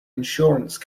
insurance